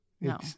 No